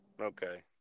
Okay